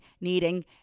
needing